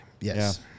yes